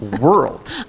world